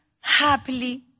happily